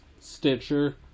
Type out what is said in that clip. Stitcher